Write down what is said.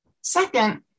Second